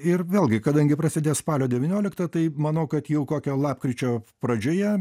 ir vėlgi kadangi prasidės spalio devynioliktą tai manau kad jau kokio lapkričio pradžioje